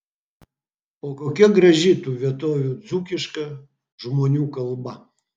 o kokia graži tų vietovių dzūkiška žmonių kalba